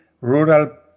rural